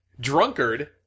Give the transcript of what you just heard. Drunkard